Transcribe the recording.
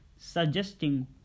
Suggesting